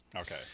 Okay